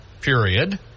period